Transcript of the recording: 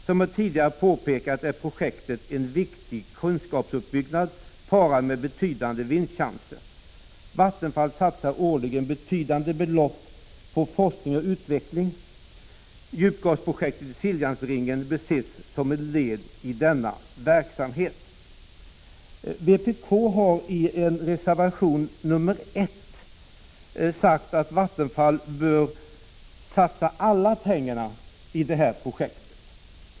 Som jag tidigare påpekat, är projektet en viktig kunskapsuppbyggnad, parad med betydande vinstchanser. Vattenfall satsar årligen betydande belopp på forskning och utveckling. Djupgasprojektet i Siljansringen bör ses som ett led i denna verksamhet. Vpk har i reservation nr 1 sagt att Vattenfall bör satsa alla pengarna i det här projektet.